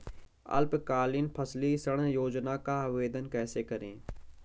अल्पकालीन फसली ऋण योजना का आवेदन कैसे करें?